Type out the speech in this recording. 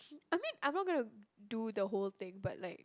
I mean I'm not gonna do the whole day but like